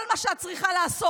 כל מה שאת צריכה לעשות